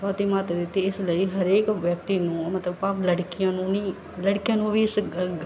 ਬਹੁਤ ਹੀ ਮਹਤੱਵ ਦਿੱਤੀ ਇਸ ਲਈ ਹਰੇਕ ਵਿਅਕਤੀ ਨੂੰ ਮਤਲਬ ਭਾਵ ਲੜਕੀਆਂ ਨੂੰ ਨਹੀਂ ਲੜਕਿਆਂ ਨੂੰ ਵੀ ਇਸ